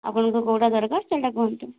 ଆପଣଙ୍କୁ କେଉଁଟା ଦରକାର ସେହିଟା କୁହନ୍ତୁ